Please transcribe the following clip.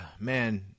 man